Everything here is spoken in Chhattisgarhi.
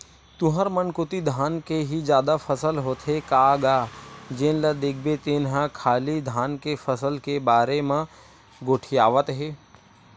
तुंहर मन कोती धान के ही जादा फसल लेथे का गा जेन ल देखबे तेन ह खाली धान के फसल के बारे म गोठियावत हे?